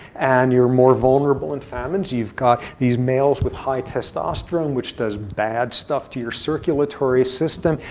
and you're more vulnerable in famines. you've got these males with high testosterone, which does bad stuff to your circulatory system.